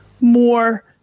more